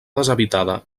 deshabitada